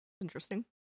interesting